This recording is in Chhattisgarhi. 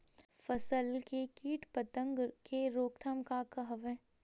फसल के कीट पतंग के रोकथाम का का हवय?